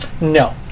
No